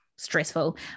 stressful